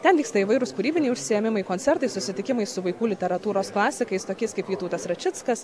ten vyksta įvairūs kūrybiniai užsiėmimai koncertai susitikimai su vaikų literatūros klasikais tokiais kaip vytautas račickas